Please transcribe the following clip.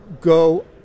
go